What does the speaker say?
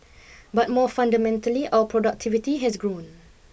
but more fundamentally our productivity has grown